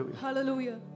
Hallelujah